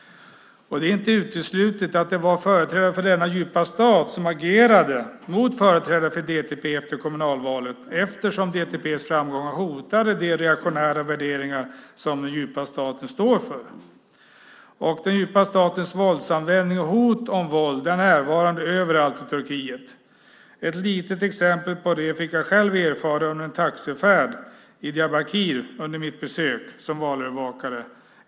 Det är inte uteslutet att det var företrädare för denna djupa stat som agerade mot företrädare för DTP efter kommunalvalet, eftersom DTP:s framgångar hotade de reaktionära värderingar som den djupa staten står för. Den djupa statens våldsanvändning och hot om våld är närvarande överallt i Turkiet. Ett litet exempel på det fick jag själv erfara under en taxifärd i Diyarbakir vid mitt besök som valövervakare.